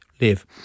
live